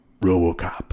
RoboCop